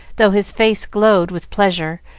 though his face glowed with pleasure,